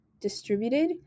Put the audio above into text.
distributed